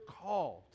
called